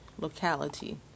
locality